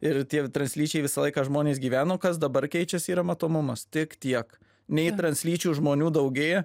ir tie translyčiai visą laiką žmonės gyveno kas dabar keičiasi yra matomumas tik tiek nei translyčių žmonių daugėja